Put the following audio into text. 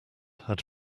had